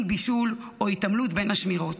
עם בישול או התעמלות בין השמירות.